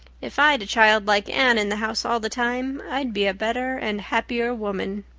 if i'd a child like anne in the house all the time i'd be a better and happier woman.